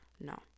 No